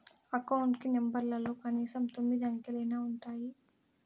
account కి నెంబర్లలో కనీసం తొమ్మిది అంకెలైనా ఉంటాయి